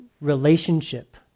relationship